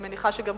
ואני מניחה שגם